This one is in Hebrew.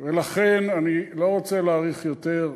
לכן אני לא רוצה להאריך יותר.